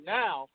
now